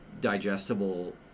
digestible